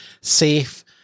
safe